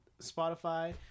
Spotify